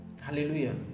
hallelujah